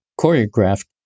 choreographed